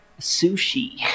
sushi